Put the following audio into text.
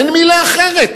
אין מלה אחרת,